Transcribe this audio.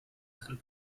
and